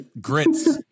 Grits